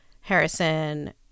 Harrison